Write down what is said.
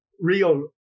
real